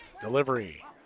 delivery